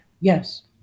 Yes